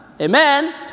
Amen